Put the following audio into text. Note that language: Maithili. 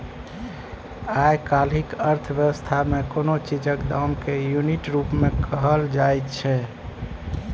आइ काल्हिक अर्थ बेबस्था मे कोनो चीजक दाम केँ युनिट रुप मे कहल जाइ छै